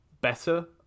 better